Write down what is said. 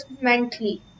mentally